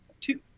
Two